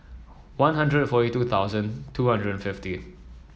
One Hundred and forty two thousand two hundred and fifty